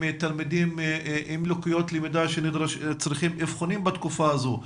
תלמידים עם לקויות למידה שצריכים אבחונים בתקופה הזו.